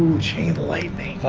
chain lightning!